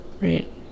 right